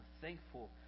thankful